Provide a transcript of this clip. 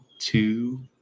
Two